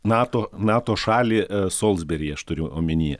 nato nato šalį solsberyje aš turiu omenyje